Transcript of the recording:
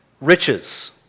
riches